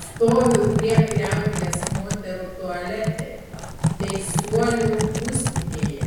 stoviu prie kriauklės moterų tualete teisuolių būstinėje